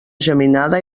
geminada